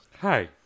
Hi